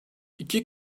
i̇ki